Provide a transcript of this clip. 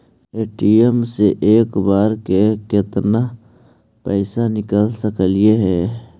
ATM से एक बार मे केत्ना पैसा निकल सकली हे?